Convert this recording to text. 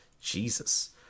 Jesus